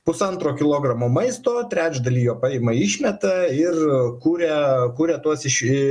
pusantro kilogramo maisto trečdalį jo paima išmeta ir kurią kuria tuos iš į